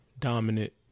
dominant